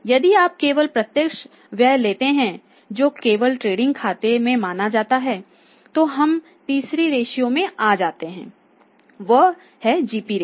यदि आप केवल प्रत्यक्ष व्यय लेते हैं जो केवल ट्रेडिंग खाते में माना जाता है तो हम तीसरे रेश्यो में आ जाएंगे वह है जीपी रेश्यो